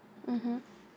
mmhmm